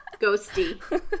Ghosty